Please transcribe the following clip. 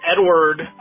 Edward